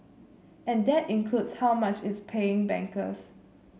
and that includes how much it's paying bankers